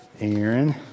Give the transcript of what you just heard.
Aaron